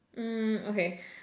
mm okay